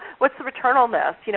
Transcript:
what's the return on this? you know